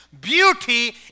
beauty